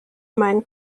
meinen